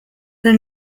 the